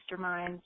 masterminds